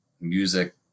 music